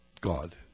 God